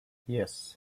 yes